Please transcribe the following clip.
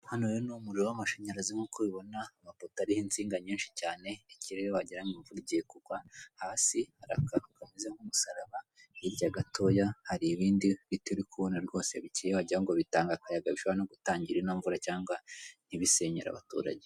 Hano rero ni umuriro w'amashanyarazi nk'uko ubibona amapoto ariho insinga nyinshi cyane, ikirere wagira ngo imvura igiye kugwa, hasi hari akantu kameze nk'umusaraba, hirya gatoya hari ibindi biti uri kubona rwose bikeye wagira ngo bitanga akayaga bishobora no gutangira ino mvura, cyangwa ibisenyera abaturage.